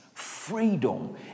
Freedom